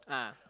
ah